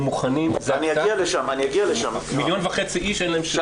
הם מוכנים --- מיליון וחצי איש אין --- נגיע לשם.